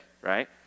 right